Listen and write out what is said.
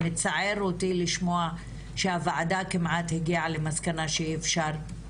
מצער אותי לשמוע שהוועדה כמעט הגיעה למסקנה שאפשר,